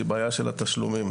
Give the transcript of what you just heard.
שהיא בעיה של התשלומים.